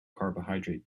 carbohydrate